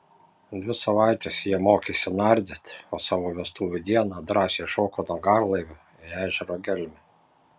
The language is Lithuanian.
dvi savaites jie mokėsi nardyti o savo vestuvių dieną drąsiai šoko nuo garlaivio į ežero gelmę